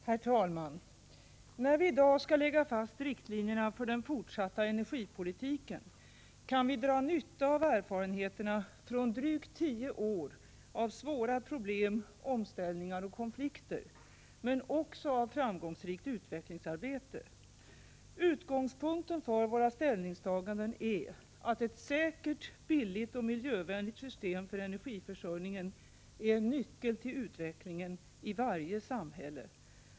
Herr talman! När vi i dag skall lägga fast riktlinjerna för den fortsatta energipolitiken kan vi dra nytta av erfarenheterna från drygt tio år av svåra problem, omställningar och konflikter — men också av framgångsrikt utvecklingsarbete. Utgångspunkten för våra ställningstaganden är att ett säkert, billigt och miljövänligt system för energiförsörjningen är en nyckel till utvecklingen i varje samhälle.